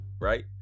Right